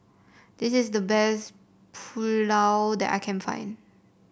this is the best Pulao that I can find